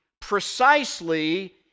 precisely